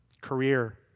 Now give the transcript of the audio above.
career